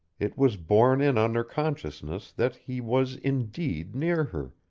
it was borne in on her consciousness that he was indeed near her,